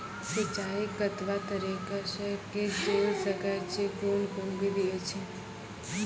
सिंचाई कतवा तरीका सअ के जेल सकैत छी, कून कून विधि ऐछि?